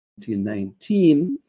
2019